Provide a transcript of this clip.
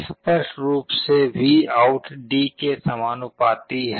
स्पष्ट रूप से VOUT D के समानुपाती है